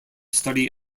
study